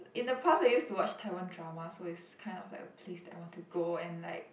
in the past I used to watch Taiwan dramas so it's kind of like a place that I want to go and like